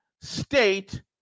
state